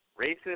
racist